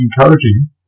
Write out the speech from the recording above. encouraging